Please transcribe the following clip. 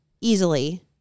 easily